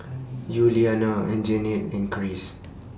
Yuliana Anjanette and Kris